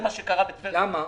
כלום.